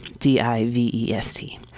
D-I-V-E-S-T